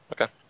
okay